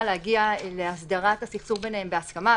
להגיע להסדרת הסכסוך ביניהם בהסכמה,